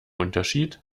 unterschied